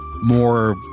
more